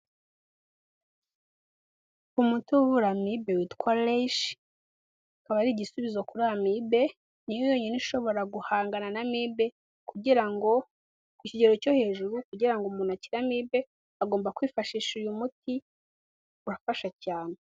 Umuti uvura amibe witwa leshi ukaba ari igisubizo kuri amibe niyo yonyine ishobora guhangana na mibe kugira ku kigero cyo hejuru kugira ngo umuntu akire amibe agomba kwifashisha uyu muti urafasha cyane.